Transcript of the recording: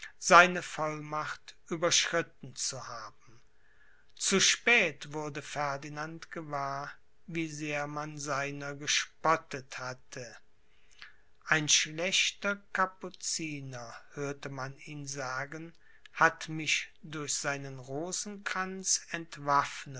seine vollmacht überschritten zu haben zu spät wurde ferdinand gewahr wie sehr man seiner gespottet hatte ein schlechter capuciner hörte man ihn sagen hat mich durch seinen rosenkranz entwaffnet